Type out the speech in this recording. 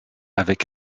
avec